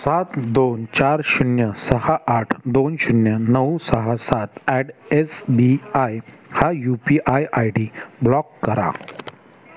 सात दोन चार शून्य सहा आठ दोन शून्य नऊ सहा सात ॲट एस बी आय हा U P I I D block करा